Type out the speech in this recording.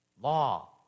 law